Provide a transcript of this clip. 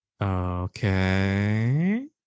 Okay